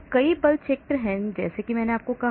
तो कई बल क्षेत्र हैं जैसे मैंने कहा